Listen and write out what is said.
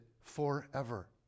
forever